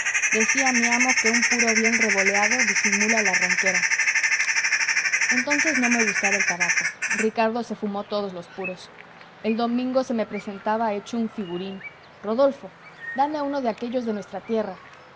decía mi amo que un puro bien revoleado disimula la arranquera entonces no me gustaba el tabaco ricardo se fumó todos los puros el domingo se me presentaba hecho un figurín rodolfo dame uno de aquellos de nuestra tierra